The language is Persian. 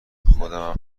خودمم